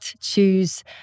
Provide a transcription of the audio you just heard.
choose